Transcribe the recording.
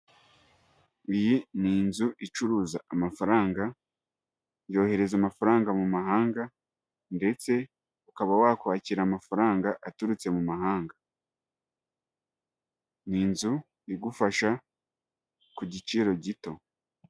Iyi ni inzu icuruza amafaranga, yohereza amafaranga mu mahanga ndetse ukaba wakwakira amafaranga aturutse mu mahanga, ni inzu igufasha ku giciro gito.